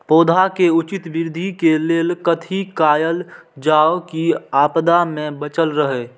पौधा के उचित वृद्धि के लेल कथि कायल जाओ की आपदा में बचल रहे?